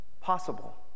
possible